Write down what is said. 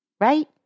Right